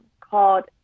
called